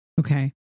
Okay